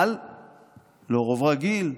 אבל לא רוב רגיל.